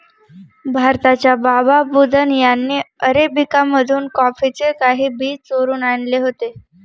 भारताच्या बाबा बुदन यांनी अरेबिका मधून कॉफीचे काही बी चोरून आणले होते